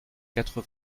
quatre